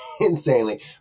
insanely